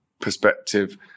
perspective